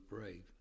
brave